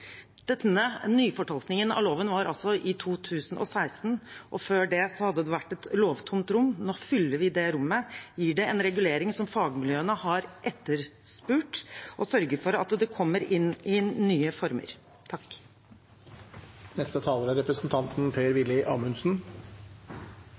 Denne nyfortolkningen av loven var altså i 2016. Før det hadde det vært et lovtomt rom. Nå fyller vi det rommet, gir det en regulering som fagmiljøene har etterspurt, og sørger for at det kommer inn i nye former. La meg starte med å takke representanten Hussein for utfordringen hva gjelder kvinners likestilling i innvandrermiljøer. Er